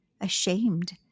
ashamed